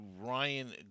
Ryan